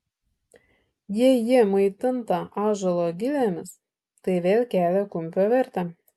jei ji maitinta ąžuolo gilėmis tai vėl kelia kumpio vertę